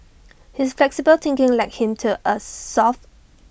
his flexible thinking led him to A solve